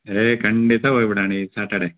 ಏಯ್ ಖಂಡಿತ ಹೋಗಿ ಬಿಡೋಣ ಈ ಸಾಟರ್ಡೇ